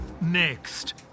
Next